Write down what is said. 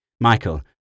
Michael